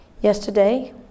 Yesterday